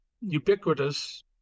ubiquitous